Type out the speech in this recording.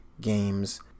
games